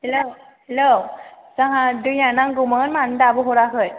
hello hello जोंहा दैया नांगौमोन मानो दाबो हराखै